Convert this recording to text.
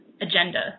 agenda